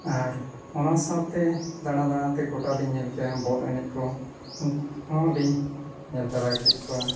ᱟᱨ ᱚᱱᱟ ᱥᱟᱶᱛᱮ ᱫᱟᱬᱟ ᱫᱟᱬᱟᱛᱮ ᱜᱳᱴᱟ ᱞᱤᱧ ᱧᱮᱞ ᱠᱮᱜᱼᱟ ᱵᱚᱞ ᱮᱱᱮᱡ ᱠᱚ ᱩᱱᱠᱩ ᱦᱚᱸᱞᱤᱧ ᱧᱮᱞ ᱛᱟᱨᱟ ᱠᱮᱜ ᱠᱚᱣᱟ